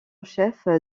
chef